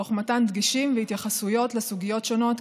תוך מתן דגשים והתייחסויות לסוגיות שונות,